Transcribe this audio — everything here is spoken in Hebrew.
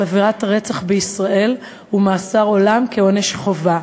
על עבירת הרצח בישראל הוא מאסר עולם כעונש חובה.